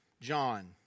John